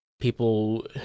People